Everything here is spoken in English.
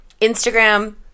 Instagram